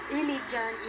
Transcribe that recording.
religion